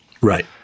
Right